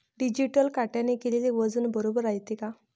Digital काट्याने केलेल वजन बरोबर रायते का?